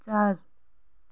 चार